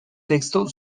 texto